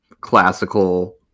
classical